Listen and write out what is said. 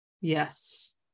Yes